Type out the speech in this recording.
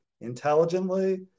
intelligently